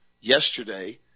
yesterday